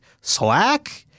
Slack